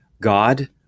god